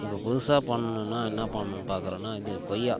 இப்போ புதுசாக பண்ணும்னா என்ன பண்ணும்னு பார்க்கறேன்னா இது கொய்யா